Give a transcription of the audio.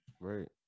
Right